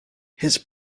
his